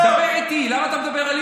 אבל שלא יטיף מוסר לממשלת